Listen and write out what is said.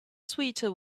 sweeter